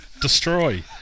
destroy